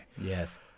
yes